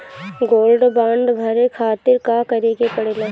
Gold bond भरे खातिर का करेके पड़ेला?